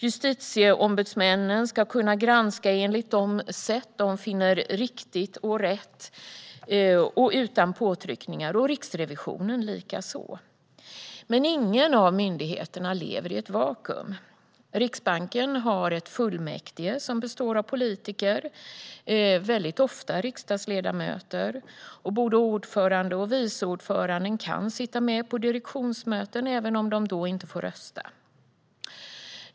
Justitieombudsmannen ska kunna granska enligt de sätt man finner riktiga och rätta och ska kunna göra det utan påtryckningar. Riksrevisionen likaså. Men ingen av myndigheterna lever i ett vakuum. Riksbanken har ett fullmäktige som består av politiker, ofta riksdagsledamöter, och både ordföranden och viceordföranden kan sitta med på direktionsmöten även om de inte får rösta.